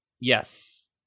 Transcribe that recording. Yes